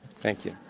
thank you.